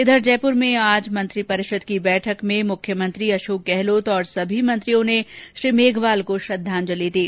इधर जयपुर में आज मंत्रीपरिषद की बैठक में मुख्यमंत्री अशोक गहलोत और सभी मंत्रियों ने श्री मेघवाल को श्रद्धांजलि दी